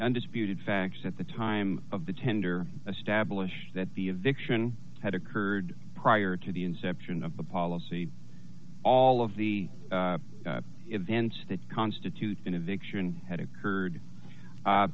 undisputed facts at the time of the tender establish that the a vixen had occurred prior to the inception of the policy all of the events that constitute an eviction had occurred